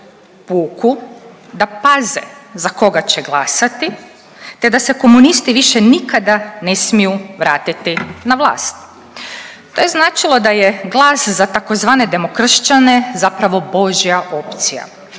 puku da paze za koga će glasati, te da se komunisti više nikada ne smiju vratiti na vlast. To je značilo da je glas za tzv. demokršćane zapravo božja opcija,